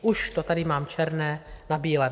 Už to tady mám černé na bílém.